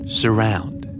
surround